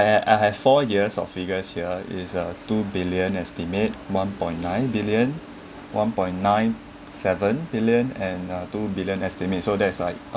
I I have four years of figures here is a two billion estimate one point nine billion one point nine seven billion and uh two billion estimate so that's like a~